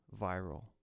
viral